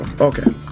Okay